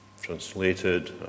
translated